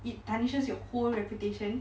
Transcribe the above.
it tarnishes your whole reputation